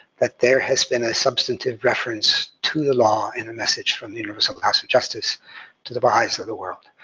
that there has been a substantive reference to the law in a message from the universal house of justice to the baha'is of the world.